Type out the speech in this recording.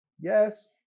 yes